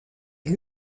est